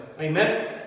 Amen